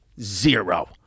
zero